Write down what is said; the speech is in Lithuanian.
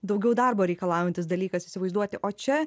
daugiau darbo reikalaujantis dalykas įsivaizduoti o čia